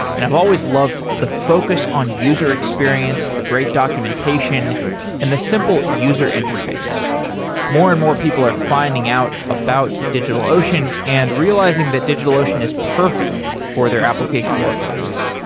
and i've always loved the focus on user experience, the great documentation and the simple user-interface. more and more people are finding out about digitalocean and realizing that digitalocean is perfect for their application workloads.